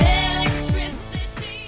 electricity